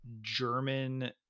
German